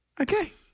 Okay